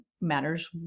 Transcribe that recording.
matters